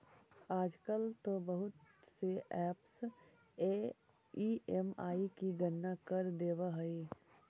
आजकल तो बहुत से ऐपस ई.एम.आई की गणना कर देवअ हई